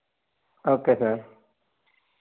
okay sir